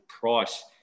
price